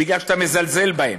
בגלל שאתה מזלזל בהם.